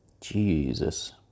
jesus